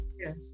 Yes